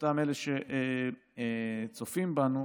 אותם אלה שצופים בנו,